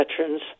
veterans